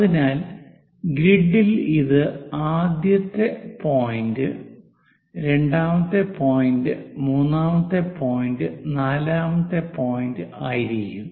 അതിനാൽ ഗ്രിഡിൽ ഇത് ആദ്യത്തെ പോയിന്റ് രണ്ടാമത്തെ പോയിന്റ് മൂന്നാം പോയിന്റ് നാലാമത്തെ പോയിന്റ് ആയിരിക്കും